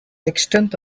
extent